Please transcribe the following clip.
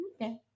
okay